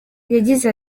yagize